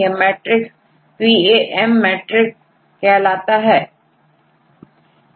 यह मैट्रिक्सPAM मैट्रिक कहलाता है